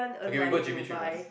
okay we go j_b trip first